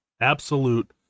absolute